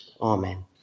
Amen